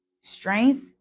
Strength